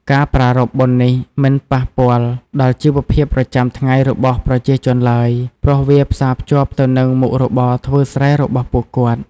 ការប្រារព្ធបុណ្យនេះមិនប៉ះពាល់ដល់ជីវភាពប្រចាំថ្ងៃរបស់ប្រជាជនឡើយ ព្រោះវាផ្សារភ្ជាប់ទៅនឹងមុខរបរធ្វើស្រែរបស់ពួកគាត់។